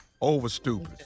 Over-stupid